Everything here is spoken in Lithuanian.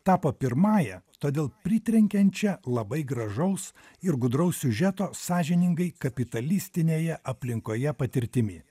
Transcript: tapo pirmąja todėl pritrenkiančia labai gražaus ir gudraus siužeto sąžiningai kapitalistinėje aplinkoje patirtimi